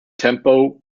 tempo